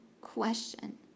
question